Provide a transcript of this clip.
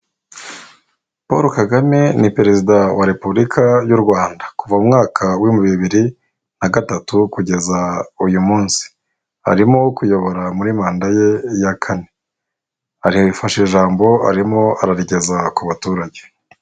Paul Kagame ni perezida wa repubulika y'u Rwanda kuva mu mwaka bibiri na gatatu kugeza uyu munsi. Arimo kuyobora muri manda ye ya kane. Afashe ijambo arimo ararigeza ku baturage.